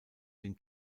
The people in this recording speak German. den